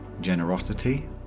Generosity